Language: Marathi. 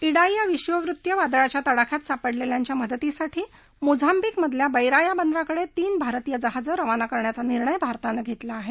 इडाई या विषुववृत्तीय वादळाच्या तडाख्यात सापडलेल्यांच्या मदतीसाठी मोझांबिकमधल्या बैरा या बंदराकडे तीन भारतीय जहाजं रवाना करायचा निर्णय भारताने घेतला आहे